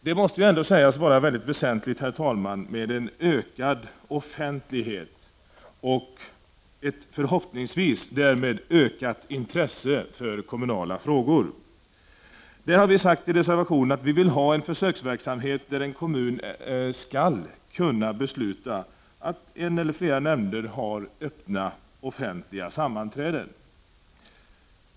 Det måste ändå sägas vara väsentligt, herr talman, med en ökad offentlighet och därmed förhoppningsvis ett ökat intresse för kommunala frågor. Vi har i vår reservation sagt att vi vill ha en försöksverksamhet, där en kommun skall kunna besluta att en eller flera nämnder har öppna, offentliga sammanträden.